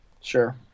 Sure